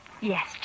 Yes